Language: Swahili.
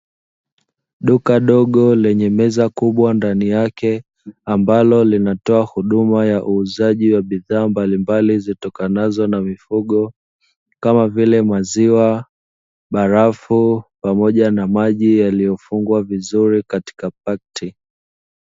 Duka dogo lenye meza kubwa ndani yake, ambalo linatoa huduma ya uuzaji wa bidhaa mbalimbali zitokanazo na mifugo, kama vile: maziwa, barafu pamoja na maji yaliyofungwa vizuri katika pakiti.